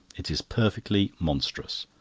it is perfectly monstrous!